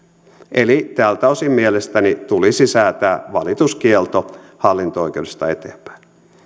eli tältä osin mielestäni tulisi säätää valituskielto hallinto oikeudesta eteenpäin